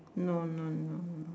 no no no no no